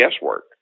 guesswork